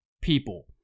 people